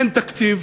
אין תקציב,